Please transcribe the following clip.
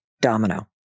domino